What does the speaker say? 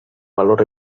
valor